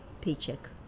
paycheck